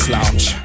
Lounge